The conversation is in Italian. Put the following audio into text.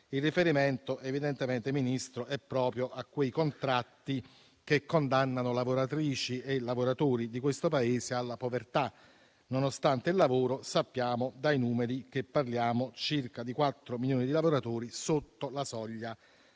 Ministro, evidentemente è proprio a quei contratti che condannano lavoratrici e lavoratori di questo Paese alla povertà. Nonostante il lavoro, sappiamo dai numeri che parliamo di circa 4 milioni di lavoratori al di sotto della soglia